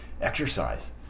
Exercise